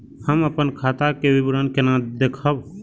हम अपन खाता के विवरण केना देखब?